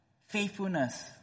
faithfulness